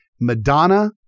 Madonna